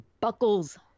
buckles